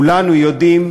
כולנו יודעים,